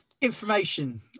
information